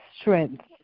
strength